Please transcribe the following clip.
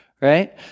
right